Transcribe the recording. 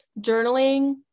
Journaling